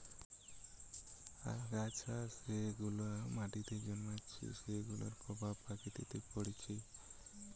আগাছা যেগুলা মাটিতে জন্মাইছে সেগুলার প্রভাব প্রকৃতিতে পরতিছে